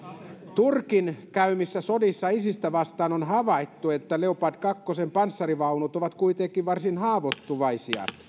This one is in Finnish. turkin käymissä sodissa isistä vastaan on havaittu että leopard kaksi panssarivaunut ovat kuitenkin varsin haavoittuvaisia